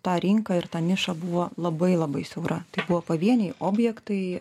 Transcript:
ta rinka ir ta niša buvo labai labai siaura tai buvo pavieniai objektai